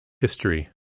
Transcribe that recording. History